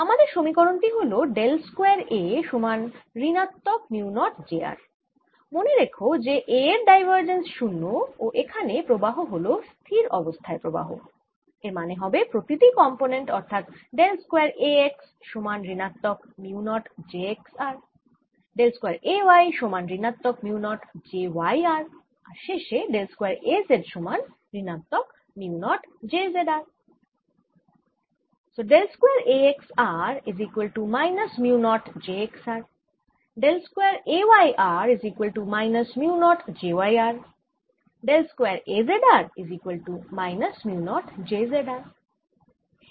আমাদের সমীকরণ টি হল ডেল স্কয়ার A সমান ঋণাত্মক মিউ নট j r মনে রেখো যে A এর ডাইভার্জেন্স 0 ও এখানে প্রবাহ হল স্থির অবস্থায় প্রবাহ এর মানে হবে প্রতি টি কম্পোনেন্ট অর্থাৎ ডেল স্কয়ার A x সমান ঋণাত্মক mu naught j x r del square A y সমান ঋণাত্মক mu naught j y r আর শেষে ডেল স্কয়ার A z সমান ঋণাত্মক mu naught j z r